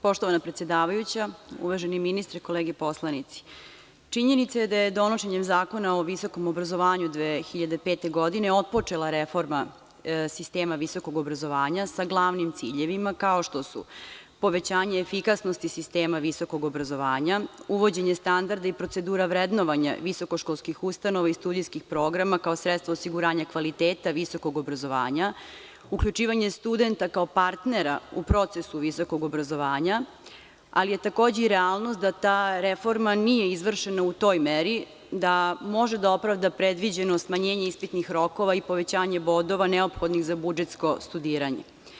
Poštovana predsedavajuća, uvaženi ministre, kolege poslanici, činjenica je da je donošenjem Zakona o visokom obrazovanju 2005. godine otpočela reforma sistema visokog obrazovanja, sa glavnim ciljevima kao što su – povećanje efikasnosti sistema visokog obrazovanja, uvođenje standarda i procedura vrednovanja visokoškolskih ustanova i studijskih programa, kao sredstvo osiguranja kvaliteta visokog obrazovanja, uključivanje studenta kao partnera u procesu visokog obrazovanja, ali je takođe i realnost da ta reforma nije izvršena u toj meri da može da opravda predviđeno smanjenje ispitnih rokova i povećanje bodova neophodnih za budžetsko studiranje.